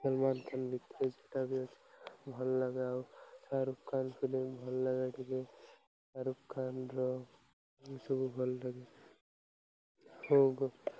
ସଲମାନ୍ ଖାନ ବି ତ ସେଟା ବି ଅଛି ଭଲ ଲାଗେ ଆଉ ଶାରୁଖାାନ ଥିଲେ ଭଲ ଲାଗେ ଟିଲେ ଶାରୁଖଙ୍କର ଏସବୁ ଭଲ ଲାଗେ ହ